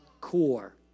core